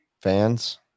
fans